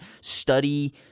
study